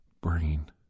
brain